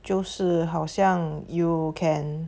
就是好像 you can